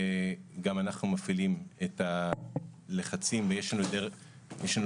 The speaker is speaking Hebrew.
וגם אנחנו מפעילים את הלחצים יש לנו